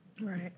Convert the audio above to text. Right